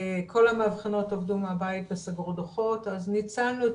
כל המאבחנות עבדו מהבית וסגרו דו"חות אז ניצלנו את